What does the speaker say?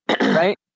Right